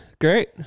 Great